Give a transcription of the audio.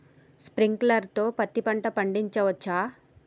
Sprinkler తో పత్తి పంట పండించవచ్చా?